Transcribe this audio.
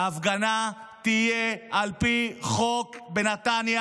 ההפגנה תהיה על פי חוק בנתניה.